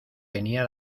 tenía